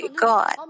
God